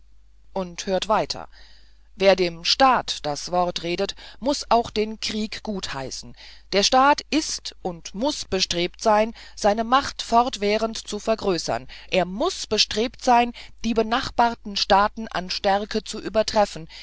und hört weiter wer dem staate das wort redet muß auch den krieg gutheißen der staat ist und muß bestrebt sein seine macht fortwährend zu vergrößern er muß bestrebt sein die benachbarten staaten an stärke zu übertreffen